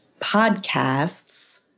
podcasts